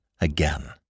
again